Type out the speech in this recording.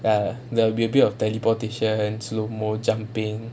ya there will be a bit of teleportation slow movement jumping